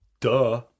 Duh